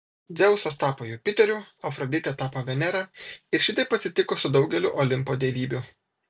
dzeusas tapo jupiteriu afroditė tapo venera ir šitaip atsitiko su daugeliu olimpo dievybių